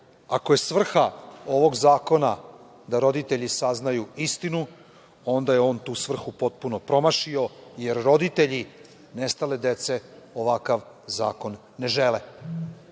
ako je svrha ovog zakona da roditelji saznaju istinu, onda je on tu svrhu potpuno promašio, jer roditelji nestale dece ovakav zakon ne